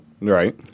Right